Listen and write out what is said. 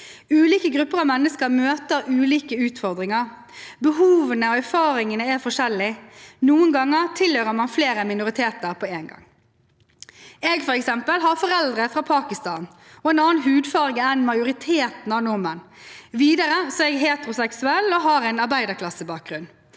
Ulike grupper av mennesker møter ulike utfordringer. Behovene og erfaringene er forskjellige. Noen ganger tilhører man flere minoriteter på en gang. Jeg har f.eks. foreldre fra Pakistan og en annen hudfarge enn majoriteten av nordmenn. Videre er jeg heteroseksuell og har en arbeiderklassebakgrunn.